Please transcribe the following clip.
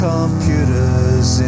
Computers